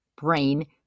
brain